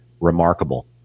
remarkable